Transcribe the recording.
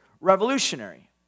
revolutionary